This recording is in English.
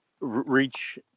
reach